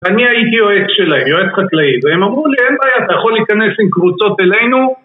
אני הייתי יועץ שלהם, יועץ חקלאי, והם אמרו לי אין בעיה, אתה יכול להיכנס עם קבוצות אלינו